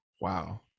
Wow